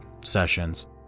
sessions